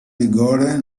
rigore